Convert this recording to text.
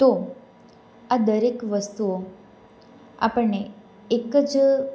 તો આ દરેક વસ્તુઓ આપણને એક જ